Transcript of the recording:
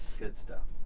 good stuff.